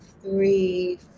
three